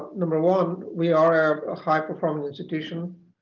number one, we are a high-performing institution.